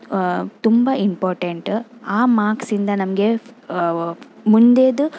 ತುಂಬ ಇಂಪಾರ್ಟೆಂಟ್ ಆ ಮಾರ್ಕ್ಸಿಂದ ನಮಗೆ ಮುಂದೆದು